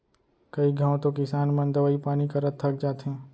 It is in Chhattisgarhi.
कई घंव तो किसान मन दवई पानी करत थक जाथें